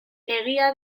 egia